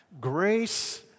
Grace